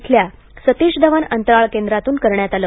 इथल्या सतीश धवन अंतराळ केंद्रातूनकरण्यात आलं